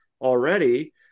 already